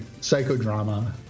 psychodrama